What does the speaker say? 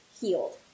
healed